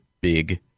big